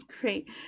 Great